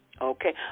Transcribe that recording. okay